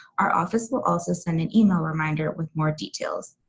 our office will also send an email reminder with more details.